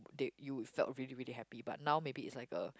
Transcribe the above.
date you without really really happy but now maybe is like a